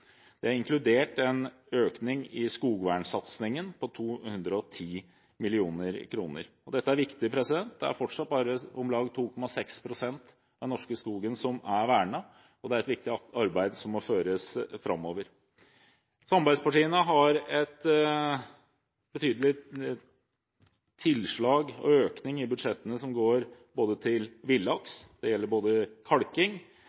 inkludert en økning i skogvernsatsingen på 210 mill. kr. Dette er viktig, det er fortsatt bare om lag 2,6 pst. av den norske skogen som er vernet, og det er et viktig arbeid som må føres framover. Samarbeidspartiene har et betydelig tilslag og økning i budsjettene som angår villaks. Det gjelder både kalking